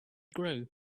grow